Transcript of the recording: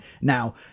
now